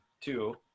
two